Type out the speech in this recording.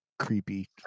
creepy